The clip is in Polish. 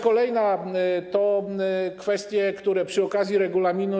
Kolejna rzecz to kwestie, które przy okazji regulaminu.